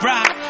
Rock